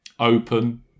Open